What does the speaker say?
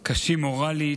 דור של גבורה שפועל בתבונה,